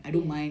ya